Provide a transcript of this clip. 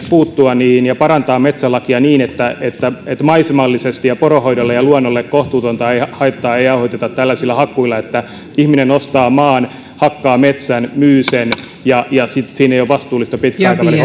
puuttua niihin ja parantaa metsälakia niin että että maisemallisesti ja poronhoidolle ja luonnolle kohtuutonta haittaa ei aiheuteta tällaisilla hakkuilla että ihminen ostaa maan hakkaa metsän ja myy sen ja ja siinä ei ole vastuullista pitkän aikavälin